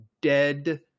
dead